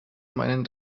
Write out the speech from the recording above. meinen